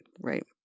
right